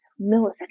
milliseconds